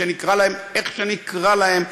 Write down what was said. שנקרא להם איך שנקרא להם,